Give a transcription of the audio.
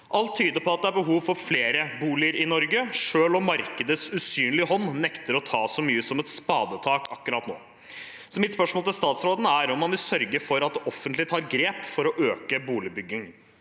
Alt tyder på at det er behov for flere boliger i Norge, selv om markedets usynlige hånd nekter å ta så mye som et spadetak akkurat nå. Vil statsråden sørge for at det offentlige tar grep for å øke boligbyggingen?»